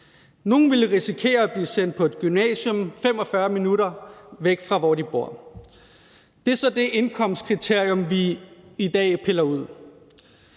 Nogle ville risikere at blive sendt på et gymnasium 45 minutter væk fra, hvor de bor. Det er så det indkomstkriterium, vi i dag piller ud.